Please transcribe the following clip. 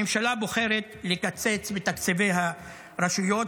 הממשלה בוחרת לקצץ בתקציבי הרשויות,